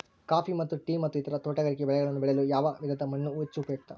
Coffee ಮತ್ತು tea ಮತ್ತು ಇತರ ತೋಟಗಾರಿಕೆ ಬೆಳೆಗಳನ್ನು ಬೆಳೆಯಲು ಯಾವ ವಿಧದ ಮಣ್ಣು ಹೆಚ್ಚು ಉಪಯುಕ್ತ?